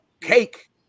cake